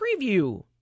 preview